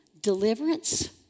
deliverance